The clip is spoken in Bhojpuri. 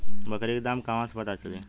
बकरी के दाम कहवा से पता चली?